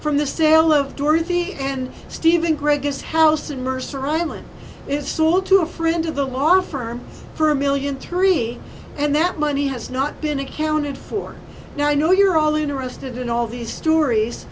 from the sale of dorothy and stephen gregg is housed in mercer island is sold to a friend of the law firm for a million three and that money has not been accounted for now i know you're all interested in all these stories